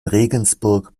regensburg